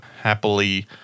happily